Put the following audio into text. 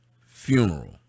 funeral